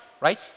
right